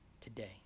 today